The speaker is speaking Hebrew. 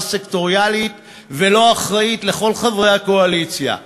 סקטוריאלית ולא-אחראית לכל חברי הקואליציה.